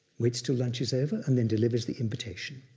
waits till lunch is over, and then delivers the invitation.